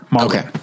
Okay